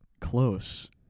Close